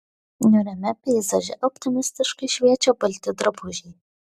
niūriame peizaže optimistiškai šviečia balti drabužiai